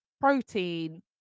protein